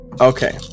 Okay